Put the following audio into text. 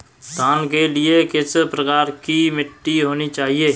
धान के लिए किस प्रकार की मिट्टी होनी चाहिए?